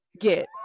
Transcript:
get